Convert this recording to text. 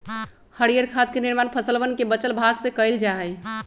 हरीयर खाद के निर्माण फसलवन के बचल भाग से कइल जा हई